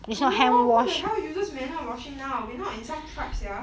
on who the hell uses manual washing now we not in some tripe sia